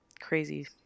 crazy